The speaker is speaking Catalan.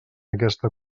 aquesta